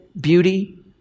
beauty